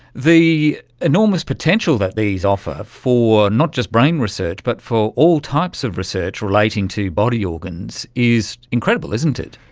the enormous potential that these offer for not just brain research but for all types of research relating to body organs is incredible, isn't it.